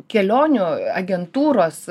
kelionių agentūros